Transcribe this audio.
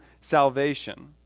salvation